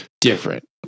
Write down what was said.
different